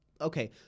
okay